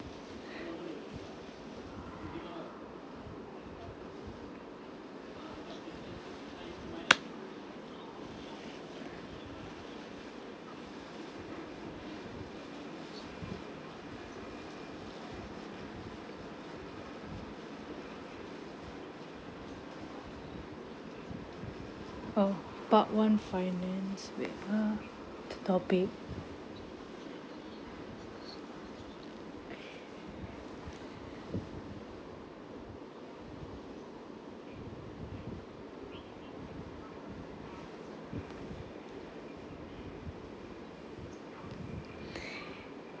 oh part one finance wait ah t~ topic